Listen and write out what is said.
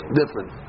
different